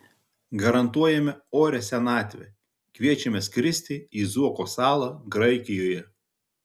garantuojame orią senatvę kviečiame skristi į zuoko salą graikijoje